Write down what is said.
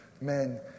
Men